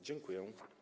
Dziękuję.